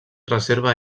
reserva